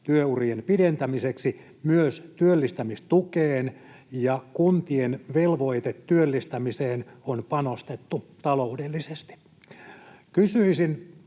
työurien pidentämiseksi myös työllistämistukeen ja kuntien velvoitetyöllistämiseen on panostettu taloudellisesti.